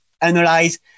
analyze